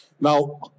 Now